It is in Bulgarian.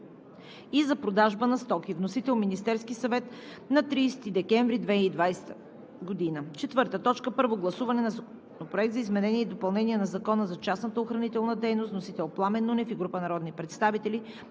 и за продажба на стоки. Вносител – Министерският съвет на 30 декември 2020 г. 4. Първо гласуване на Законопроекта за изменение и допълнение на Закона за частната охранителна дейност. Вносители – Пламен Нунев и група народни представители